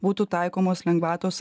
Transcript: būtų taikomos lengvatos